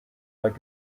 like